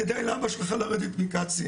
כדי לרדת מקצין.